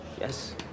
Yes